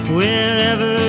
Wherever